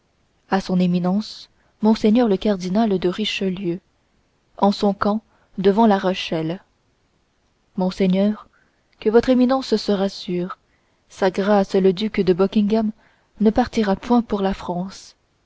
à son éminence monseigneur le cardinal de richelieu en son camp devant la rochelle monseigneur que votre éminence se rassure sa grâce le duc de buckingham ne partira point pour la france